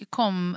kom